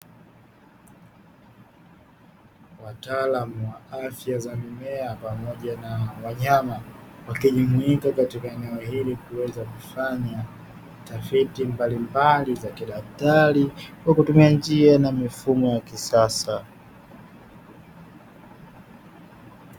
Wataalamu wa afya za mimea pamoja na wanyama wakijumuika katika eneo hili, kuweza kufanya tafiti mbalimbali za kidaktari kwa kutumia njia na mifumo ya kisasa.